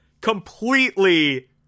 completely